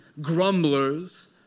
grumblers